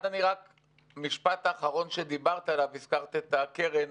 במשפט האחרון הזכרת את הקרן.